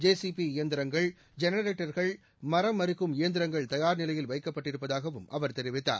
J C B இயந்திரங்கள் ஜெனரேட்டர்கள் மரம் அறுக்கும் இயந்திரங்கள் தயார் நிலையில் வைக்கப்பட்டிருப்பதாகவும் அவர் தெரிவித்தார்